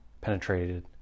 penetrated